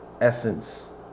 essence